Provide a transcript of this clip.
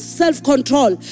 self-control